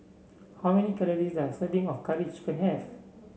how many calories does a serving of Curry Chicken have